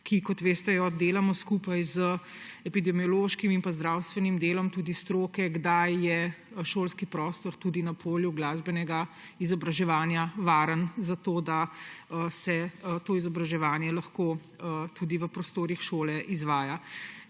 jo, kot veste, delamo skupaj z epidemiološkim in zdravstvenim delom stroke, kdaj je šolski prostor tudi na polju glasbenega izobraževanja varen, da se to izobraževanje lahko izvaja tudi v prostorih šole.